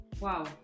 Wow